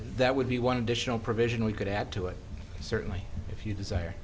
that would be one additional provision we could add to it certainly if you desire